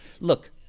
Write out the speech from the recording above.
look